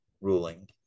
ruling